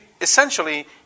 essentially